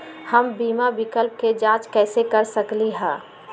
हम बीमा विकल्प के जाँच कैसे कर सकली ह?